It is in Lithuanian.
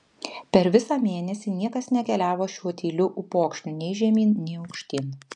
per visą mėnesį niekas nekeliavo šiuo tyliu upokšniu nei žemyn nei aukštyn